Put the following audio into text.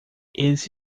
eles